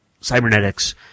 cybernetics